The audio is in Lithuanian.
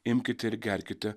imkite ir gerkite